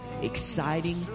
exciting